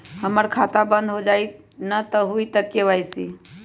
हमर खाता बंद होजाई न हुई त के.वाई.सी?